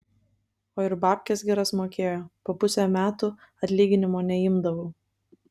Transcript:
o ir babkes geras mokėjo po pusę metų atlyginimo neimdavau